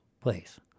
place